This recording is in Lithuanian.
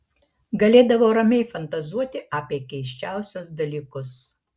galėdavo ramiai fantazuoti apie keisčiausius dalykus